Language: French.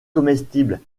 comestibles